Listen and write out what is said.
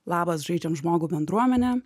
labas žaidžiam žmogų bendruomene